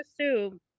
assume